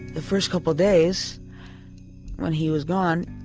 the first couple of days when he was gone